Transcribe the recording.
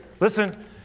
listen